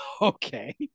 Okay